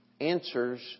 answers